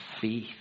faith